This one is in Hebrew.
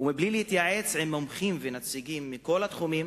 ובלי להתייעץ עם מומחים ונציגים מכל התחומים,